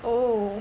oh